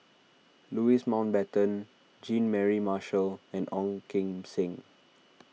Louis Mountbatten Jean Mary Marshall and Ong Kim Seng